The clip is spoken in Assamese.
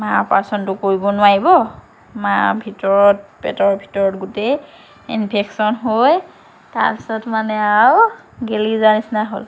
মাৰ অপাৰেচনটো কৰিব নোৱাৰিব মাৰ ভিতৰত পেটৰ ভিতৰত গোটেই ইনফেকচন হৈ তাৰ পিছত মানে আৰু গেলি যোৱাৰ নিচিনা হ'ল